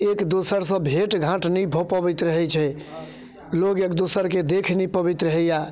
एक दोसरसँ भेँट घाँट नहि भऽ पबैत रहैत छै लोक एक दोसरके देख नहि पबैत रहैए